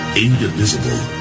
indivisible